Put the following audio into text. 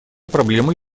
проблемой